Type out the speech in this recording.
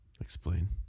Explain